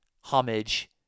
homage